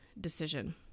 decision